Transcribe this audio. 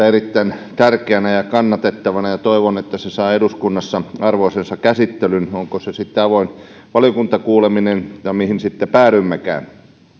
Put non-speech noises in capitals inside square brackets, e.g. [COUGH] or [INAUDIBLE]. [UNINTELLIGIBLE] erittäin tärkeänä ja kannatettavana ja toivon että se saa eduskunnassa arvoisensa käsittelyn on se sitten avoin valiokuntakuuleminen tai mihin sitten päädymmekään